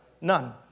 None